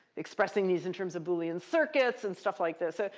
expressing these in terms of boolean circuits and stuff like this. ah